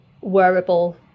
wearable